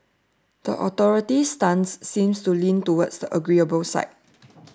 the authorities' stance seems to lean towards the agreeable side